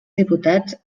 diputats